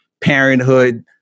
parenthood